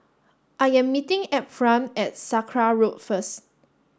I am meeting Ephram at Sakra Road first